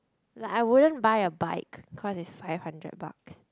like I wouldn't buy a bike cause it's five hundred bucks